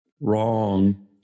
wrong